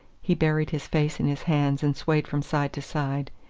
he buried his face in his hands and swayed from side to side.